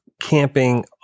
camping